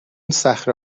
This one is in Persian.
صخره